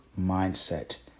mindset